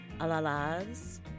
Alalas